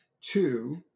Two